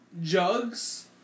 jugs